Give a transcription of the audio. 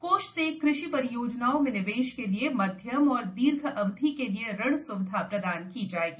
कोष से कृषि परियोजनाओं में निवेश के लिए मध्यम और दीर्घ अवधि के लिए ऋण स्विधा प्रदान की जाएगी